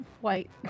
white